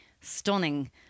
stunning